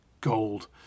gold